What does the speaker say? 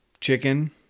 chicken